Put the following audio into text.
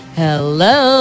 hello